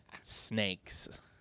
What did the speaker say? snakes